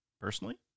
Personally